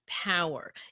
Power